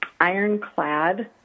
ironclad